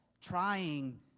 trying